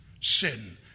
sin